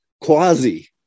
quasi